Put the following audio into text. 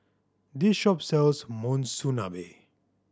this shop sells Monsunabe